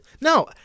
No